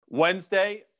Wednesday